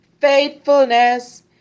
faithfulness